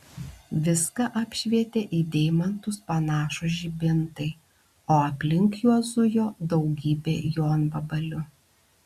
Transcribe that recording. viską apšvietė į deimantus panašūs žibintai o aplink juos zujo daugybė jonvabalių